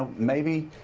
maybe